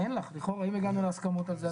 אין לך, בכלל הנה הגענו להסכמות על זה.